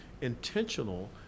intentional